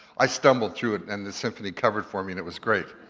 i stumbled through it and the symphony covered for me and it was great.